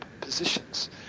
positions